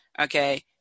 okay